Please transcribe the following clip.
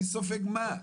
מי סופג מה.